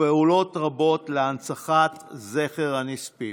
ופועלת רבות להנצחת זכר הנספים.